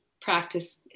practice